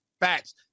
Facts